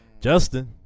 Justin